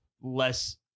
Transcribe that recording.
less